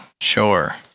sure